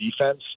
defense